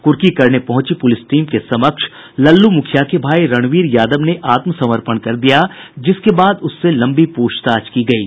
कुर्की करने पहुंची पुलिस टीम के समक्ष लल्लू मुखिया के भाई रणवीर यादव ने आत्म समर्पण कर दिया जिसके बाद उससे लम्बी पूछताछ की गयी